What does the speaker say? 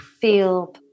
feel